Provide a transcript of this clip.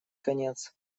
конец